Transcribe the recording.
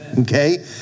Okay